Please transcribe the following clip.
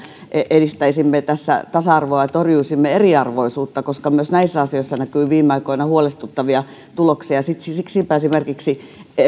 edistäisimme tasa arvoa ja torjuisimme eriarvoisuutta koska myös näissä asioissa näkyy viime aikoina huolestuttavia tuloksia siksipä esimerkiksi